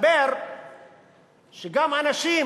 מסתבר שגם אנשים